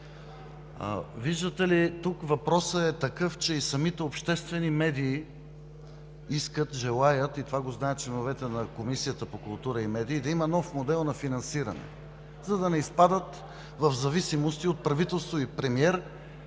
Виждате ли, тук въпросът е такъв, че и самите обществени медии желаят, и това го знаят членовете на Комисията по културата и медиите, да има нов модел на финансиране, за да не изпадат в зависимости от правителство и премиер